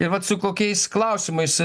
ir vat su kokiais klausimais